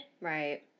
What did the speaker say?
right